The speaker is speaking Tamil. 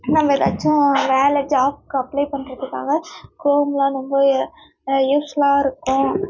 நம்ம ஏதாச்சும் வேலை ஜாப்க்கு அப்ளே பண்ணுறதுக்காக க்ரோம்லாம் ரொம்பவே யூஸ்ஃபுலாக இருக்கும்